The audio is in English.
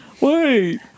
Wait